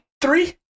three